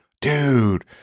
Dude